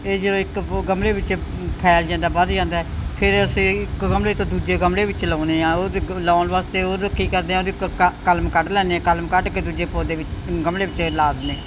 ਇਹ ਜਿਵੇਂ ਇੱਕ ਓਹ ਗਮਲੇ ਵਿੱਚ ਫੈਲ ਜਾਂਦਾ ਵਧ ਜਾਂਦਾ ਫਿਰ ਅਸੀਂ ਇੱਕ ਗਮਲੇ ਤੋਂ ਦੂਜੇ ਗਮਲੇ ਵਿੱਚ ਲਾਉਂਦੇ ਹਾਂ ਉਹਦੇ ਲਗਾਉਣ ਵਾਸਤੇ ਉਹਦਾ ਕੀ ਕਰਦੇ ਹਾਂ ਉਹਦੀ ਕਲਮ ਕੱਢ ਲੈਂਦੇ ਹਾਂ ਕਲਮ ਕੱਢ ਕੇ ਦੂਜੇ ਪੌਦੇ ਵਿੱਚ ਗਮਲੇ ਵਿੱਚ ਲਗਾ ਦਿੰਦੇ